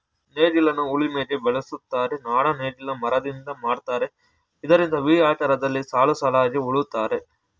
ನೇಗಿಲನ್ನ ಉಳಿಮೆಗೆ ಬಳುಸ್ತರೆ, ನಾಡ ನೇಗಿಲನ್ನ ಮರದಿಂದ ಮಾಡಿರ್ತರೆ ಇದರಿಂದ ವಿ ಆಕಾರದಲ್ಲಿ ಸಾಲುಸಾಲಾಗಿ ಉಳುತ್ತರೆ